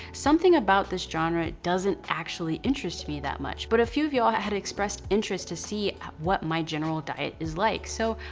something about this genre doesn't actually interest me that much. but a few of y'all had expressed interest to see what my general diet is like. so,